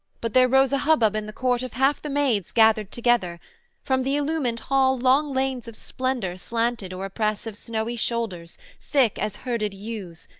but there rose a hubbub in the court of half the maids gathered together from the illumined hall long lanes of splendour slanted o'er a press of snowy shoulders, thick as herded ewes,